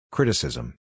Criticism